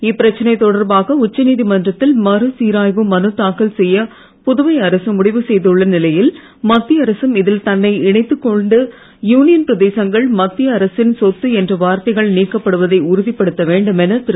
இப்பிரச்சனை தொடர்பாக உச்ச நீதிமன்றத்தில் மறு சீராய்வு மனு தாக்கல் செய்ய புதுவை அரசு முடிவு செய்துள்ள போதிலும் மத்திய அரசும் இதில் தன்னை இணைத்துக் கொண்டு யூனியன் பிரதேசங்கள் மத்திய அரசின் சொத்து என்ற வார்த்தைகள் நீக்கப்படுவதை உறுதிப்படுத்த வேண்டும் என திரு